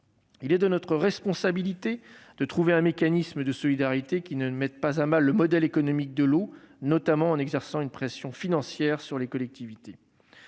Il est de notre responsabilité de trouver un mécanisme de solidarité qui ne mette pas à mal le modèle économique de l'eau, notamment en exerçant une pression financière sur les collectivités.